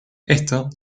esto